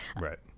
Right